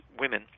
women